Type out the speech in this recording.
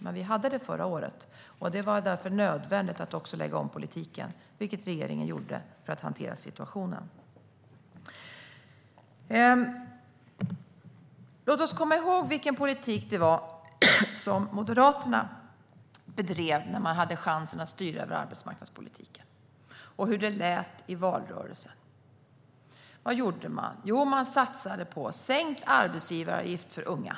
Men vi hade det förra året, och det var därför nödvändigt att lägga om politiken för att hantera situationen, vilket regeringen också gjorde. Låt oss komma ihåg vilken politik Moderaterna bedrev när man hade chansen att styra över arbetsmarknadspolitiken. Vad gjorde man? Jo, man satsade på sänkt arbetsgivaravgift för unga.